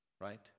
Right